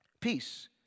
Peace